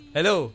Hello